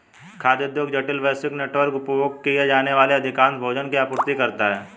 खाद्य उद्योग जटिल, वैश्विक नेटवर्क, उपभोग किए जाने वाले अधिकांश भोजन की आपूर्ति करता है